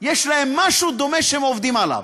יש לה משהו דומה שהיא עובדת עליו,